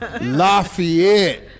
Lafayette